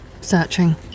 Searching